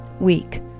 week